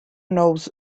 knows